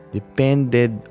depended